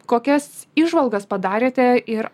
kokias įžvalgas padarėte ir